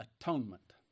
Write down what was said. atonement